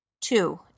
Two